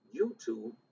YouTube